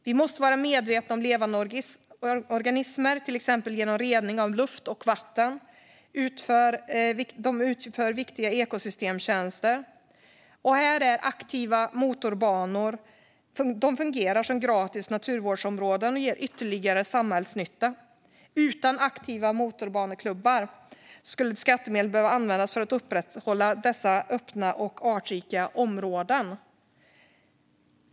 Vi måste vara medvetna om att levande organismer, till exempel genom rening av luft och vatten, utför viktiga ekosystemtjänster. Aktiva motorbanor fungerar som gratis naturvårdsområden och ger ytterligare samhällsnytta. Utan aktiva motorbaneklubbar skulle skattemedel behöva användas för att upprätthålla dessa öppna och artrika områden.